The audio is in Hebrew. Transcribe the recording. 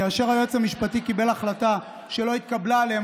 כאשר היועץ המשפטי קיבל החלטה, אבל למה,